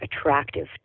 attractive